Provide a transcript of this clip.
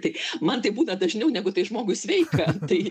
tai man taip būna dažniau negu tai žmogui sveika tai